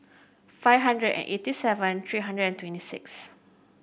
five hundred and eighty seven three hundred and twenty six